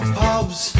pubs